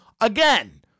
Again